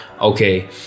okay